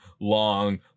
long